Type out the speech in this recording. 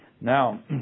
Now